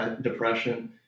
depression